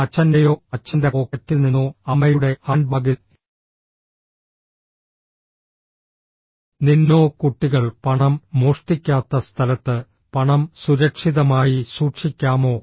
അച്ഛന്റെയോ അച്ഛന്റെ പോക്കറ്റിൽ നിന്നോ അമ്മയുടെ ഹാൻഡ്ബാഗിൽ നിന്നോ കുട്ടികൾ പണം മോഷ്ടിക്കാത്ത സ്ഥലത്ത് പണം സുരക്ഷിതമായി സൂക്ഷിക്കാമോ